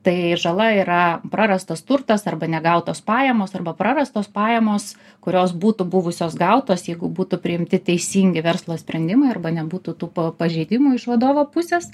tai žala yra prarastas turtas arba negautos pajamos arba prarastos pajamos kurios būtų buvusios gautos jeigu būtų priimti teisingi verslo sprendimai arba nebūtų tų pa pažeidimų iš vadovo pusės